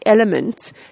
element